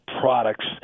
products